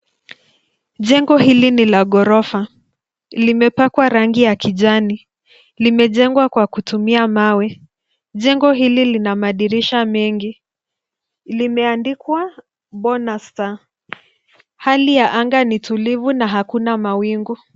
Jengo hili ni la ghorofa. Limepakwa rangi ya kijani. Limejengwa kwa kutumia mawe. Jengo hili lina madirisha mengi. Limeandikwa Bonasta. Hali ya anga ni tulivu na akuna mawingu.